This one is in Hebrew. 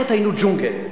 -אדם, ואולי למצוא פתרון.